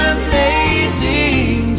amazing